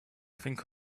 think